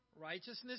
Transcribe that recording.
Righteousness